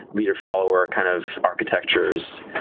leader follower kind of architectures.